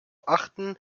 achten